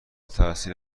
تأثیر